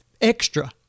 extra